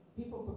people